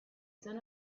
zone